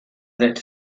that